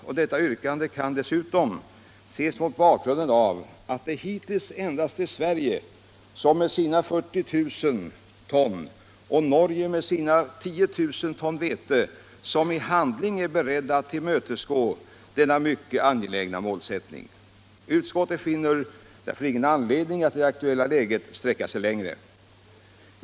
och detta yrkande kan dessutom ses mot bakgrunden av att det hittills endast är Sverige med sina 40 000 ton och Norge med 10 000 ton vete, som i handling är beredda att tillmötesgå denna mycket angelägna målsättning. Utskouet finner ingen anledning att i det aktuella läget sträcka sig längre.